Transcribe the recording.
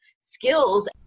skills